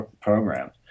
programs